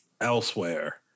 elsewhere